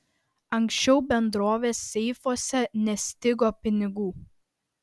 anksčiau bendrovės seifuose nestigo pinigų